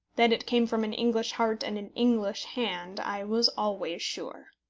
that it came from an english heart and an english hand i was always sure.